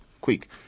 quick